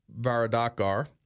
Varadkar